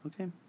Okay